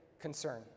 concern